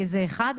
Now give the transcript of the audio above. זה אחד.